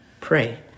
pray